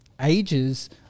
ages